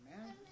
Amen